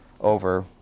over